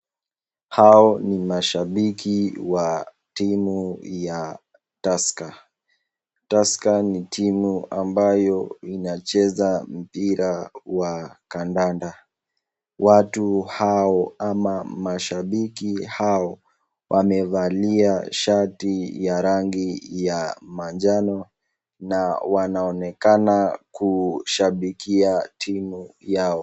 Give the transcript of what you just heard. Hao ni mashabiki wa timu ya Tusker. Tusker ni timu ambayo inacheza mpira wa kandanda. Watu hao ama mashabiki hao, wamevalia shati ya rangi ya manjano na wanaonekana kushabikia timu yao.